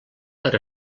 per